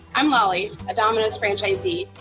i'm molly domino's franchisee.